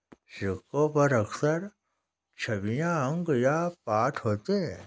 सिक्कों पर अक्सर छवियां अंक या पाठ होते हैं